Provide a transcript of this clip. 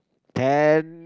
ten